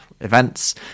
events